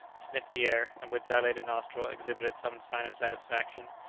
sniffed the air, and with dilated nostril, exhibited some sign of satisfaction,